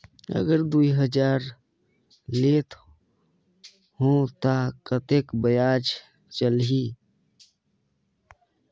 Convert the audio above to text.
अगर दुई हजार लेत हो ता कतेक ब्याज चलही?